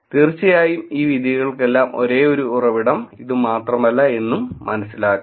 തീർച്ചയായും ഈ വിധികൾക്കെല്ലാം ഒരേയൊരു ഉറവിടം ഇത് മാത്രമല്ല എന്നും മനസ്സിലാക്കണം